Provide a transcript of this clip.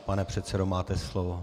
Pane předsedo, máte slovo.